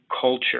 culture